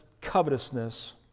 covetousness